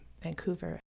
Vancouver